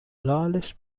loyalist